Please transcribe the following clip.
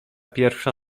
pierwsza